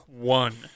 One